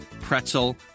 pretzel